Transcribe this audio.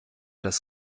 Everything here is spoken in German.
das